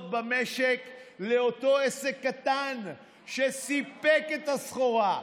במשק לאותו עסק קטן שסיפק את הסחורה,